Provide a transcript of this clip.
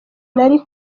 nari